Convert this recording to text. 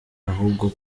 ahubwo